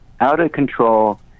out-of-control